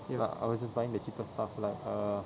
like I was just buying the cheaper stuff like err